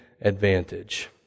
advantage